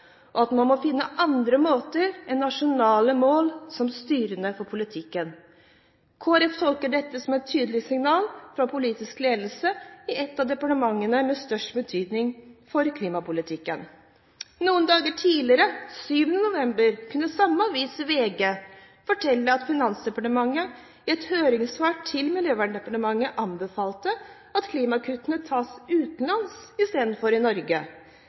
og at man må finne andre måter enn nasjonale mål som styrende for politikken. Kristelig Folkeparti tolker dette som et tydelig signal fra politisk ledelse i et av departementene med størst betydning for klimapolitikken. Noen dager tidligere, 7. november, kunne samme avis, VG, fortelle at Finansdepartementet i et høringssvar til Miljøverndepartementet anbefaler at klimakuttene tas utenlands i stedet for i Norge.